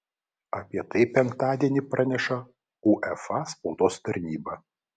apie tai penktadienį praneša uefa spaudos tarnyba